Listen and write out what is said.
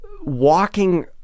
walking